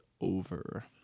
over